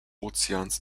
ozeans